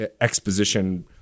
exposition